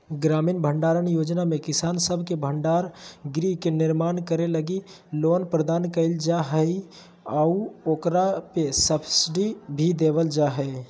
ग्रामीण भंडारण योजना में किसान सब के भंडार गृह के निर्माण करे लगी लोन प्रदान कईल जा हइ आऊ ओकरा पे सब्सिडी भी देवल जा हइ